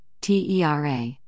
TERA